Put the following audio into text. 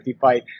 fight